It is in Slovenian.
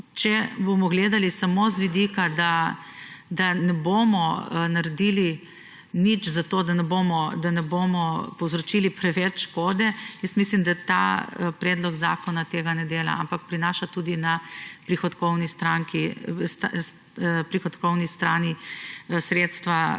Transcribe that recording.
če bomo gledali smo z vidika, da ne bomo naredili nič za to, da ne bomo povzročili preveč škode, mislim, da ta predlog zakona tega ne dela, ampak prinaša tudi na prihodkovni strani sredstva